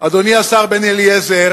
אדוני השר בן-אליעזר,